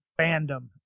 fandom